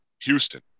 Houston